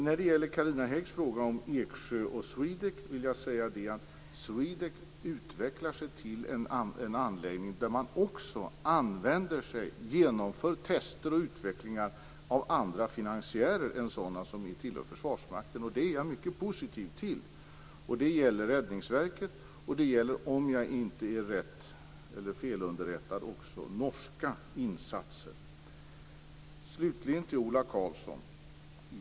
När det gäller Carina Häggs fråga om Eksjö och SWEDEC utvecklar sig SWEDEC till en anläggning där man också använder sig av andra finansiärer vid utveckling och tester än sådana som tillhör Försvarsmakten. Det är jag mycket positiv till. Det gäller Räddningsverket och om jag inte är felunderrättad också norska insatser. Slutligen till Ola Karlsson.